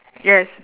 yes